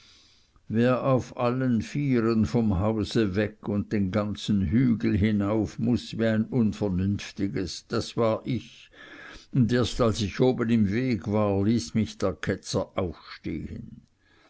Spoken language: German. wer auf allen vieren vom hause weg und den ganzen hügel hinauf muß wie ein unvernünftiges das war ich und erst als ich oben im weg war ließ mich der ketzer aufstehen